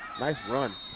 nice run.